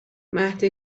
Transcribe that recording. مهد